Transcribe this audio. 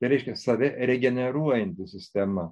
tai reiškia save regeneruojanti sistema